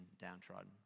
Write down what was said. downtrodden